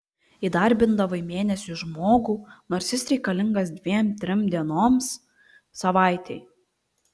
įdarbindavai mėnesiui žmogų nors jis reikalingas dviem trim dienoms savaitei